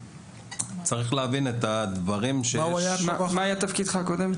צריך להבין את הדברים --- מה היה תפקידך הקודם?